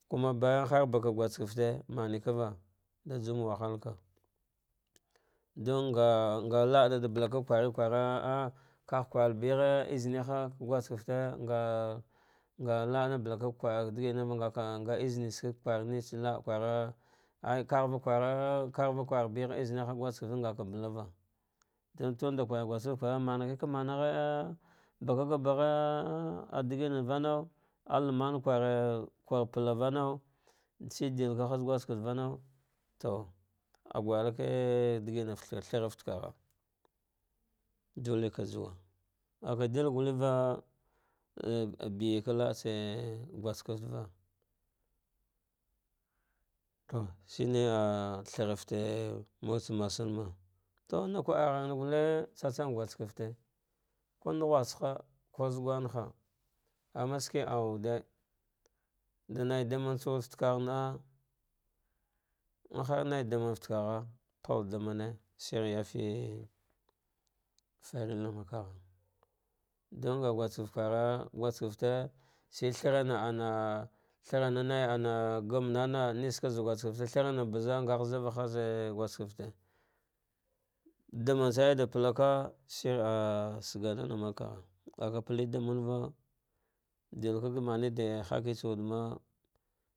Kuma bayan har baka guskefte mane kav mba wahalka dangha ngha laanɗa ba laka ka kwari kwara vagh kwar beghe iznina va ghskefte ngha kwara chi kka ghua kwara kaghua kwar begh aznina va ngaka balava, tiinɗa kwane gusketfe kwara maneke kamaghe ah barkaka ka bash ah ɗigina vana alman kwara kwar pallah vana to agwayallke digingi thra fals vagh dulleka juwa, vilka gulleva beyeka laatsa gu skefteva to shine ah thrafate mmurtsa masatuna to na kwava ghene gulle tsa team guskefte kunaghusha ko zugunha, ama shinki amwute ɗa nai ɗametsa wunde fate kaghana in har naidamour tsa wude fate kagha palla ɗaman shir yafe, shir fanlah fata vagha ɗam nga guskefte kwara, guskefte, ana thama nay ana gannana az guskefte, thrama baza ngha dghava haz guskefte ɗammne same ɗa palava, shir ah saganana makegh n gaka pli ɗamanva ɗilkaɗa mame ɗe hikits dima.